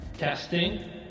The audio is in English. Testing